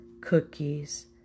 cookies